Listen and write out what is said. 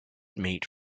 meet